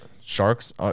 Sharks